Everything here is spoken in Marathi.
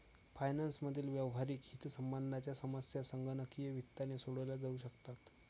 फायनान्स मधील व्यावहारिक हितसंबंधांच्या समस्या संगणकीय वित्ताने सोडवल्या जाऊ शकतात